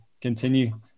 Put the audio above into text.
continue